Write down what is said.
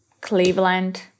cleveland